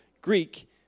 Greek